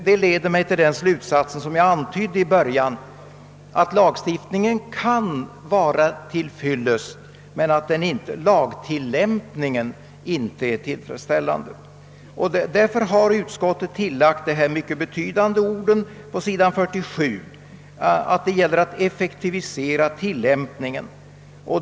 Det leder mig till den slutsats som jag antydde i början, nämligen att lagstiftningen kan vara till fyllest men att lagtillämpningen inte är tillfredsställande. Därför har utskottet tilllagt de mycket betydelsefulla orden på s. 47 att det gäller att effektivisera tilllämpningen.